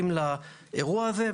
ומצטרפים לאירוע הזה.